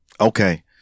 Okay